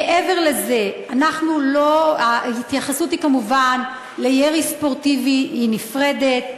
מובן שהתייחסות לירי ספורטיבי היא נפרדת.